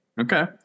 Okay